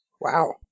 Wow